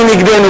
מי נגדנו,